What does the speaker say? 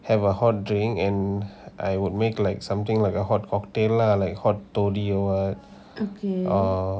have a hot drink and I would make like something like a hot cocktail lah like hot தொடியோவா:thodiyova or what err